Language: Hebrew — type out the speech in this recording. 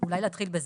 ואולי נתחיל בזה.